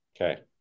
Okay